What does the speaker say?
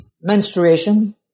menstruation